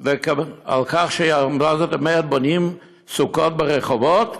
כי מה זאת אומרת שבונים סוכות ברחובות,